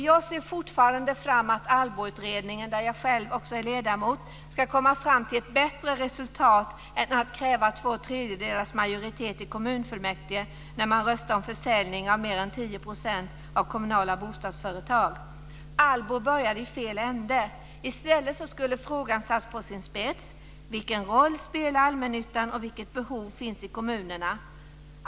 Jag ser fortfarande fram mot att ALLBO-kommittén, där jag själv är ledamot, ska komma fram till ett bättre resultat än att kräva två tredjedelars majoritet i kommunfullmäktige när man röstar om försäljning av mer än 10 % av kommunala bostadsföretag. ALLBO började i fel ända. I stället skulle frågan ha satts på sin spets. Vilken roll spelar allmännyttan, och vilket behov finns i kommunerna?